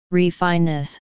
refineness